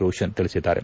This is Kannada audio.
ರೋಶನ್ ತಿಳಿಸಿದ್ದಾರೆ